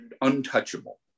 untouchable